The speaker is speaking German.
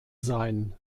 sein